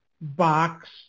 box